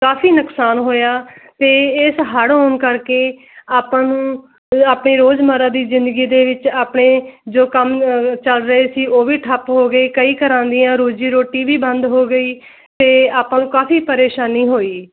ਕਾਫੀ ਨੁਕਸਾਨ ਹੋਇਆ ਅਤੇ ਇਸ ਹੜ੍ਹ ਆਉਣ ਕਰਕੇ ਆਪਾਂ ਨੂੰ ਆਪਣੇ ਰੋਜ਼ਮੱਰਾ ਦੀ ਜ਼ਿੰਦਗੀ ਦੇ ਵਿੱਚ ਆਪਣੇ ਜੋ ਕੰਮ ਚੱਲ ਰਹੇ ਸੀ ਉਹ ਵੀ ਠੱਪ ਹੋ ਗਏ ਕਈ ਘਰਾਂ ਦੀਆਂ ਰੋਜ਼ੀ ਰੋਟੀ ਵੀ ਬੰਦ ਹੋ ਗਈ ਅਤੇ ਆਪਾਂ ਨੂੰ ਕਾਫੀ ਪਰੇਸ਼ਾਨੀ ਹੋਈ